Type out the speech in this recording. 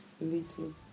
little